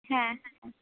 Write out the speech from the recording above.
হ্যাঁ হ্যাঁ